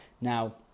now